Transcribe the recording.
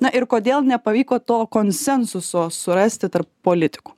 na ir kodėl nepavyko to konsensuso surasti tarp politikų